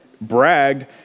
bragged